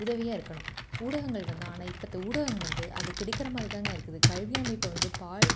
உதவியாக இருக்கணும் ஊடகங்கள் வந்து ஆனால் இப்பத்த ஊடகங்கள் வந்து அது கெடுக்கிற மாதிரி தாங்க இருக்குது கல்வி அமைப்பை வந்து பாழ்